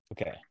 okay